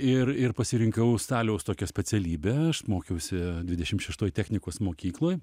ir ir pasirinkau staliaus tokią specialybę aš mokiausi dvidešim šeštoj technikos mokykloj